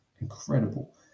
incredible